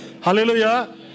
Hallelujah